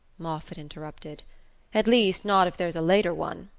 moffatt interrupted at least not if there's a later one.